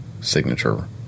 signature